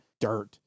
dirt